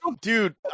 Dude